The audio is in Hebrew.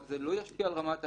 זה לא ישפיע על רמת הענישה.